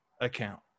account